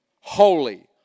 Holy